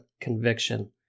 conviction